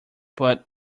but